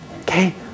okay